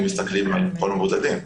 אם מסתכלים על כל המבודדים.